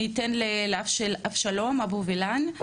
אני אתן לאבשלום אבו וילן,